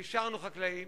נשארנו חקלאים,